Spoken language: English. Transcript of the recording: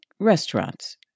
restaurants